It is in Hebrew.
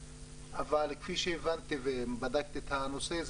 אבל כפי שהבנתי ובדקתי את הנושא,